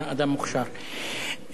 אדוני היושב-ראש,